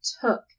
took